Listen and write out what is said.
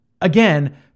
again